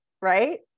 right